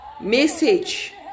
message